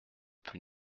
plus